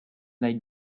they